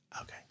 Okay